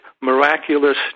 miraculous